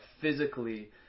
physically